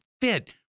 fit